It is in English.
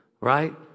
Right